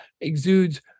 exudes